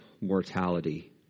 mortality